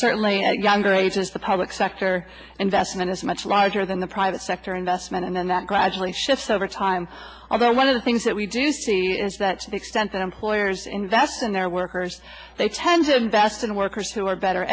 certainly i got a great the public sector investment is much larger than the private sector investment and then that gradually shifts over time about one of the things that we do see is that the extent that employers in that's and their workers they tend to invest in workers who are better